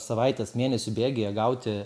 savaitės mėnesių bėgyje gauti